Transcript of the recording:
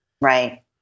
Right